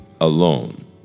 alone